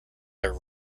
their